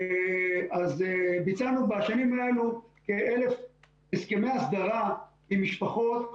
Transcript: אז ביצענו בשנים האלה כ-1,000 הסכמי הסדרה עם משפחות